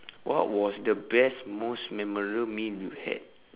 what was the best most memorable meal you had